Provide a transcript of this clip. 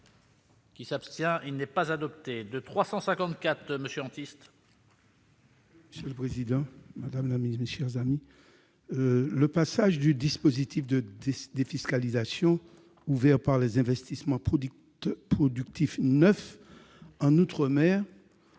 Le passage du dispositif de défiscalisation ouvert par les investissements productifs neufs en outre-mer